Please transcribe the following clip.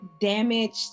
Damaged